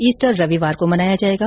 Easter रविवार को मनाया जायेगा